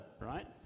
right